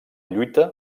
lluita